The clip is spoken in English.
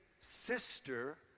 sister